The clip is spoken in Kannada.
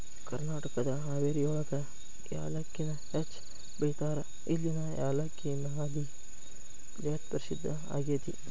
ಕರ್ನಾಟಕದ ಹಾವೇರಿಯೊಳಗ ಯಾಲಕ್ಕಿನ ಹೆಚ್ಚ್ ಬೆಳೇತಾರ, ಇಲ್ಲಿನ ಯಾಲಕ್ಕಿ ಮಾಲಿ ಜಗತ್ಪ್ರಸಿದ್ಧ ಆಗೇತಿ